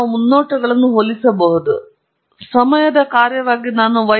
ಆದ್ದರಿಂದ ನೀವು ನೋಡಬಹುದು ಈ ಸಂದರ್ಭದಲ್ಲಿ ಐದನೇ ಆದೇಶದ ಮುನ್ನೋಟಗಳು ಬೇರೆಯಾಗಿವೆ